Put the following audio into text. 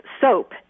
soap